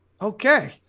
Okay